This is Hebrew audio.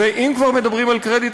ואם כבר מדברים על קרדיט,